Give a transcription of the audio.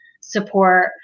support